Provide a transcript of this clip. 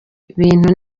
bintu